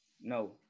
No